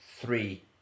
three